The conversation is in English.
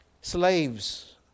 Slaves